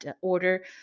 order